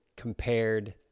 compared